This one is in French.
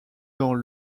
dans